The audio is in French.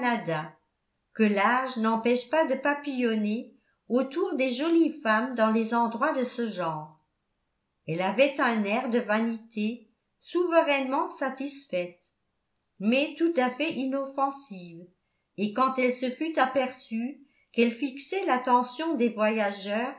que l'âge n'empêche pas de papillonner autour des jolies femmes dans les endroits de ce genre elle avait un air de vanité souverainement satisfaite mais tout à fait inoffensive et quand elle se fût aperçue qu'elle fixait l'attention des voyageurs